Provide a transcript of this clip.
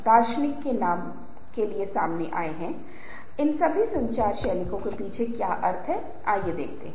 इसलिए यदि वे अपने विचार रख रहे हैं तो अन्य सहमत हो सकते हैं अन्य सहमत नहीं हो सकते हैं मतभेद हो सकता है और इस तरह से कुछ संघर्ष काफी स्वाभाविक हैं